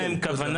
אין להם כוונה,